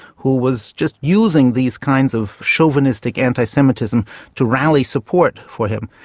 who was just using these kinds of chauvinistic anti-semitism to rally support for him.